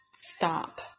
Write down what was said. stop